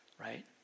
right